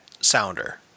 Sounder